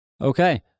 Okay